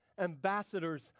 ambassadors